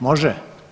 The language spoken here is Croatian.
Može?